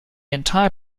entire